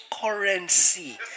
currency